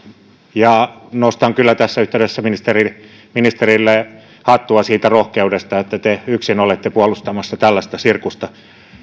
ja nostan kyllä tässä yhteydessä ministerille hattua siitä rohkeudesta että te yksin olette puolustamassa tällaista sirkusta